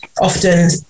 often